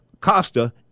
Costa—